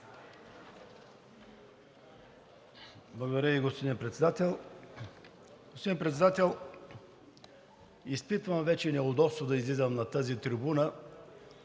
Благодаря Ви, господин Председател. Господин Председател, изпитвам вече неудобство да излизам на тази трибуна